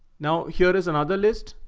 now here is another list.